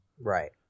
Right